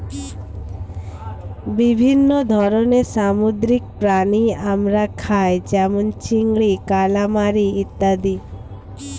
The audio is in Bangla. বিভিন্ন ধরনের সামুদ্রিক প্রাণী আমরা খাই যেমন চিংড়ি, কালামারী ইত্যাদি